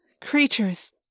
creatures